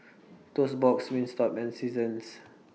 Toast Box Wingstop and Seasons